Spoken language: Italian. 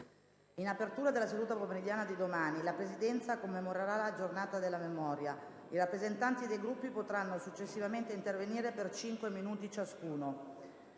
In apertura della seduta pomeridiana di domani, la Presidenza commemorerà la Giornata della memoria. I rappresentanti dei Gruppi potranno successivamente intervenire per 5 minuti ciascuno.